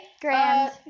Grand